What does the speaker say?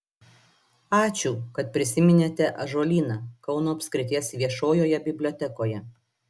ačiū kad prisiminėte ąžuolyną kauno apskrities viešojoje bibliotekoje